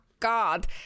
God